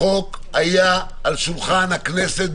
הצעת החוק הייתה על שולחן הכנסת.